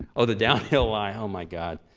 oh the downhill lie, oh my god.